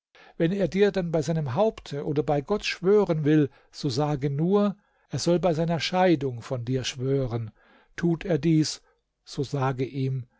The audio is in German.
wenn er dir dann bei seinem haupte oder bei gott schwören will so sage nur er soll bei seiner scheidung von dir schwören tut er dies so sage ihm